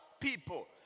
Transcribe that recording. people